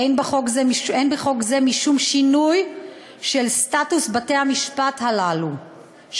אין בחוק זה משום שינוי של סטטוס בתי-המשפט הללו,